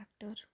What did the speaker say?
factor